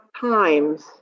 times